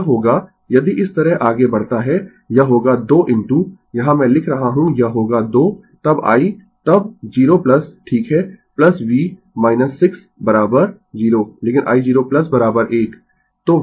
तो यह होगा यदि इस तरह आगे बढ़ता है यह होगा 2 इनटू यहाँ मैं लिख रहा हूँ यह होगा 2 तब i तब 0 ठीक है v 6 0 लेकिन i0 1